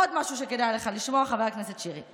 עוד משהו שכדאי לך לשמוע, חבר הכנסת שירי.